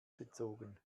bezogen